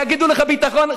יגידו לך: ביטחון,